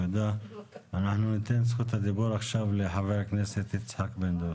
אנחנו ניתן את זכות הדיבור עכשיו לחבר הכנסת יצחק פינדרוס.